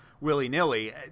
willy-nilly